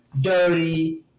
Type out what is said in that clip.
dirty